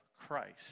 Christ